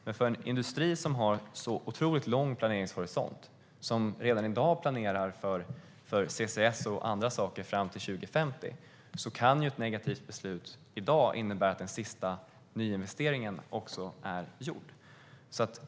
Men för en industri som har så lång planeringshorisont och som redan i dag planerar för CCS och annat fram till 2050 kan ett negativt beslut i dag innebära att den sista nyinvesteringen är gjord.